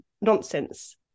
nonsense